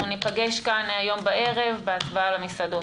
ניפגש כאן הערב בהצבעה על המסעדות.